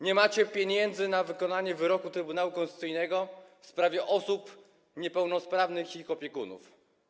Nie macie pieniędzy na wykonanie wyroku Trybunału Konstytucyjnego w sprawie osób niepełnosprawnych i ich opiekunów.